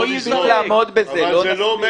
אני לא אמרתי לזרוק אבל זה לא אומר